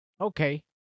okay